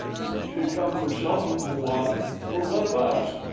it come for some one. for one of us.